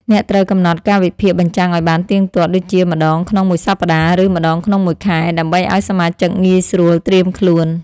អ្នកត្រូវកំណត់កាលវិភាគបញ្ចាំងឱ្យបានទៀងទាត់ ដូចជាម្តងក្នុងមួយសប្តាហ៍ ឬម្តងក្នុងមួយខែ ដើម្បីឱ្យសមាជិកងាយស្រួលត្រៀមខ្លួន។